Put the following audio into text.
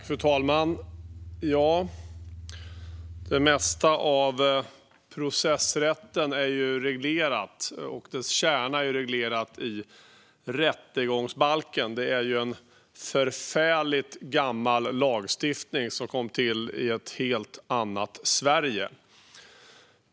Fru talman! Det mesta av processrätten är reglerat. Dess kärna är reglerad i rättegångsbalken, en förfärligt gammal lagstiftning som kom till i ett helt annat Sverige.